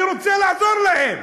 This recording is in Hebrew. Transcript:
אני רוצה לעזור להם,